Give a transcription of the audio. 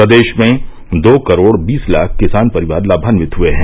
प्रदेश में दो करोड़ बीस लाख किसान परिवार लाभान्वित हुए हैं